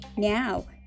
Now